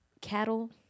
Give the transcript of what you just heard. cattle